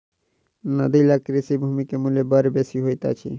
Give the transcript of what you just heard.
नदी लग कृषि भूमि के मूल्य बड़ बेसी होइत अछि